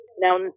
Now